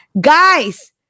Guys